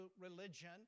religion